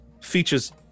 features